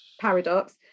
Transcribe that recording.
paradox